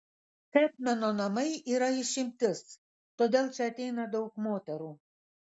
čepmeno namai yra išimtis todėl čia ateina daug moterų